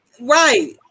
right